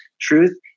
truth